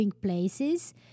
places